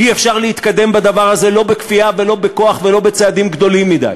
אי-אפשר להתקדם בדבר הזה לא בכפייה ולא בכוח ולא בצעדים גדולים מדי.